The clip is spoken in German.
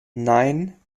nein